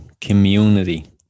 community